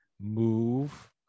move